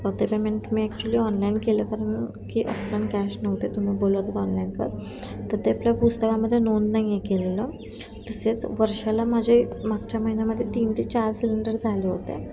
व ते पेमेंट तुम्ही ॲक्चुअली ऑनलाईन केलं कारण की ऑफलान कॅश नव्हते तुम्ही बोलत होत ऑनलाईन कर तर ते आपल्या पुस्तकामध्ये नोंद नाही आहे केलेलं तसेच वर्षाला माझे मागच्या महिन्यामध्ये तीन ते चार सिलेंडर झाले होते